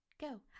Go